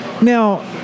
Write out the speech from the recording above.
Now